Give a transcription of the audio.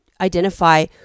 identify